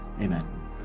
Amen